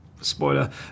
spoiler